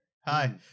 Hi